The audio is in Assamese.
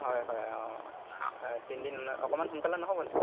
হয় হয় অঁ তিনিদিন অকণমান সোনকালে নহ'বনি